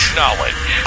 knowledge